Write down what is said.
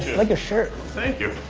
like your shirt. thank you.